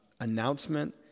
announcement